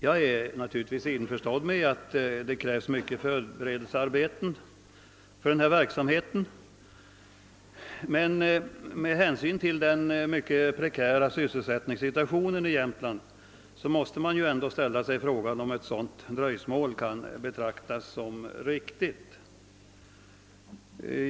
Jag är naturligtvis införstådd med att det krävs en mängd förberedelsearbeten för en sådan verksamhet, men med hänsyn till den prekära sysselsättningssituationen i Jämtland måste jag ändå ställa frågan, om ett sådant dröjsmål kan betraktas som försvarbart.